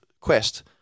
quest